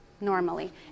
normally